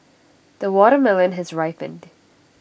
the watermelon has ripened